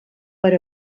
per